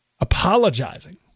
Apologizing